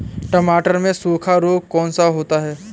टमाटर में सूखा रोग कौन सा होता है?